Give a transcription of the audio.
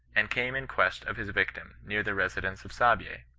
and came in quest of his victim near the residence of saabye.